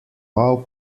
paw